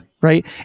right